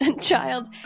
Child